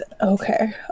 okay